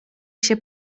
się